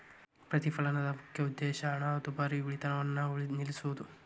ಪ್ರತಿಫಲನದ ಮುಖ್ಯ ಉದ್ದೇಶ ಹಣದುಬ್ಬರವಿಳಿತವನ್ನ ನಿಲ್ಸೋದು